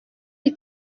iyi